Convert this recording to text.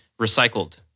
recycled